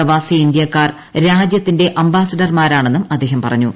പ്രവാസി ഇന്ത്യക്കാർ രാജ്യത്തിന്റെ അംബാസിഡർമാരാണെന്നും അദ്ദേഹം പറഞ്ഞു